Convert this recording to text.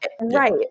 right